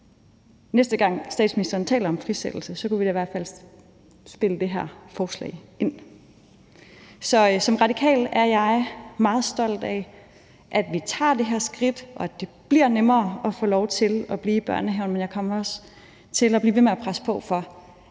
Næste gang statsministeren taler om frisættelse, kunne vi da i hvert fald spille ind med det her forslag. Så som radikal er jeg meget stolt af, at vi tager det her skridt, og at det bliver nemmere at få lov til at blive i børnehaven, men jeg kommer også til at blive ved med at presse på for,